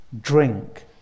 drink